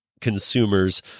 consumers